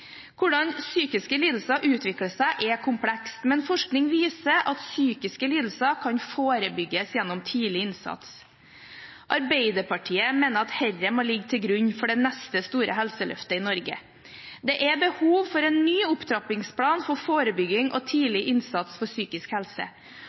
Hvordan psykiske lidelser utvikler seg, er komplekst, men forskning viser at psykiske lidelser kan forebygges gjennom tidlig innsats. Arbeiderpartiet mener at dette må ligge til grunn for det neste store helseløftet i Norge. Det er behov for en ny opptrappingsplan for forebygging og tidlig innsats for psykisk helse.